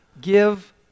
give